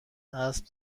اسب